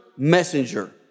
Messenger